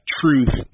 truth